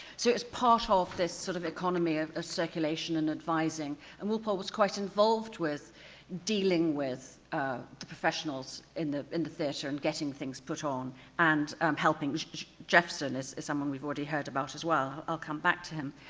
so it's part of this sort of economy of circulation and advising and we'll walpole was quite involved with dealing with the professionals in the in the theater and getting things put on and um helping jephson is someone we've already heard about as well. i'll come back to him.